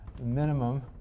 minimum